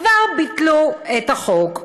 כבר ביטלו את החוק.